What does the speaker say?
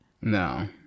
no